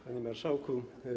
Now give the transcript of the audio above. Panie Marszałku!